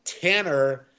Tanner